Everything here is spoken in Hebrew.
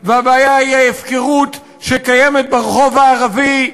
והבעיה היא ההפקרות שקיימת ברחוב הערבי,